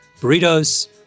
burritos